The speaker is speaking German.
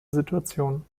situation